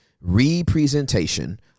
representation